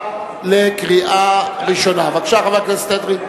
33 בעד,